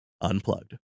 unplugged